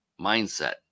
mindset